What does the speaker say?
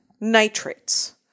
nitrates